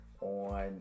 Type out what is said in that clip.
on